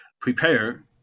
prepare